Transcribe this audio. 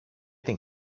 την